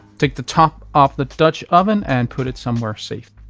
take the top off the dutch oven and put it somewhere safe,